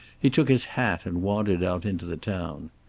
he took his hat and wandered out into the town.